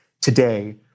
today